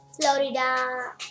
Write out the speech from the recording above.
Florida